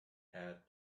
had